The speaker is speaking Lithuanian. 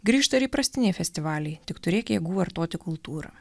grįžta ir įprastiniai festivaliai tik turėk jėgų vartoti kultūrą